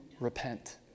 repent